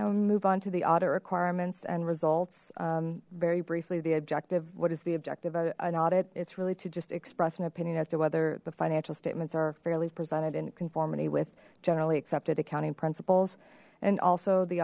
now move on to the audit requirements and results very briefly the objective what is the objective an audit it's really to just express an opinion as to whether the financial statements are fairly presented in conformity with generally accepted accounting principles and also the